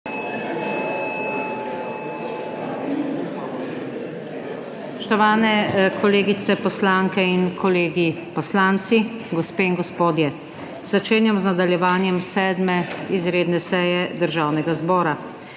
Spoštovane kolegice poslanke in kolegi poslanci, gospe in gospodje! Začenjam nadaljevanje 7. izredne seje Državnega zbora.